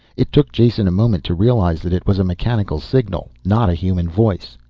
it took jason a moment to realize that it was a mechanical signal, not a human voice.